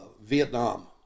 Vietnam